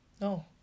No